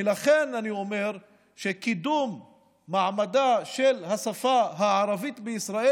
ולכן אני אומר שקידום מעמדה של השפה הערבית בישראל